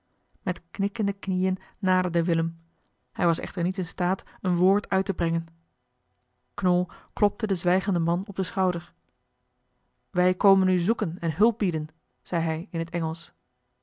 met knikkende knieën naderde willem hij was echter niet in staat een woord uit te brengen knol klopte den zwijgenden man op den schouder wij komen u zoeken en hulp bieden zei hij in het engelsch